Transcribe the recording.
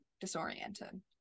disoriented